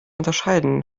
unterscheiden